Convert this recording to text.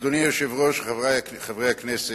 אדוני היושב-ראש, חברי חברי הכנסת,